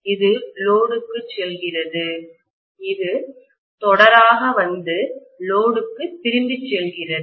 இது லோடுக்குச் செல்கிறது இது தொடராக வந்து லோடுக்கு திரும்பிச் செல்கிறது